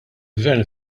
gvern